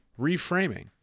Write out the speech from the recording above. Reframing